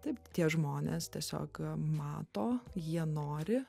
taip tie žmonės tiesiog mato jie nori